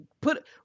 put